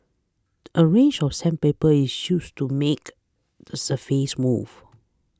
a range of sandpaper is used to make the surface smooth